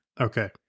Okay